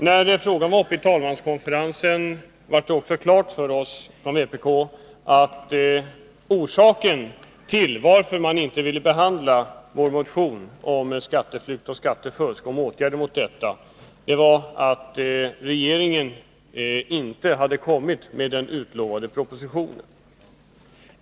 När frågan behandlades av talmanskonferensen blev det också klart för oss från vpk att orsaken till att man inte ville behandla vår motion om åtgärder mot skatteflykt och skattefusk var att regeringen inte hade kommit med den utlovade propositionen.